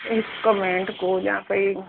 हिकु मिंट ॻोल्हियां पई